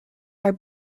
are